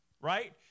right